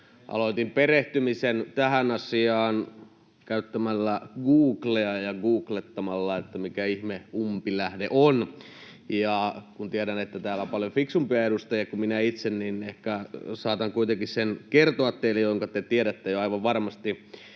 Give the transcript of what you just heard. aloitin perehtymisen tähän asiaan käyttämällä Googlea ja googlettamalla, että mikä ihme ”umpilähde” on. Kun tiedän, että täällä on paljon fiksumpia edustaja kuin minä itse, niin ehkä saatan kuitenkin kertoa teille sen, minkä te tiedätte aivan varmasti